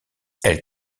elles